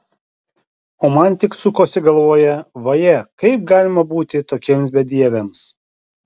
o man tik sukosi galvoje vaje kaip galima būti tokiems bedieviams